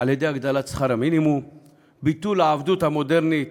על-ידי הגדלת שכר המינימום וביטול העבדות המודרנית